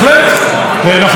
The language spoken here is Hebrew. אנחנו מעמידים את ההיסטוריה,